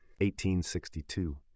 1862